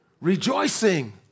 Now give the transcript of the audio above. Rejoicing